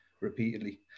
repeatedly